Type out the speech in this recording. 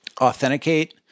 Authenticate